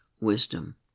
wisdom